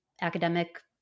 academic